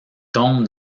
tombe